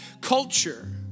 culture